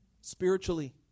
spiritually